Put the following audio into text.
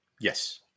yes